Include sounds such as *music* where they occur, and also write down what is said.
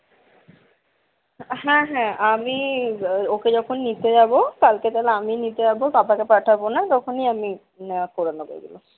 হ্যাঁ হ্যাঁ আমি ওকে যখন নিতে যাব কালকে তাহলে আমিই নিতে যাব পাপাকে পাঠাবনা তখনই আমি *unintelligible* করে নেব ওইগুলো